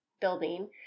building